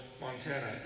Montana